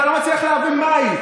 כי אני לא מצליח להבין מהי,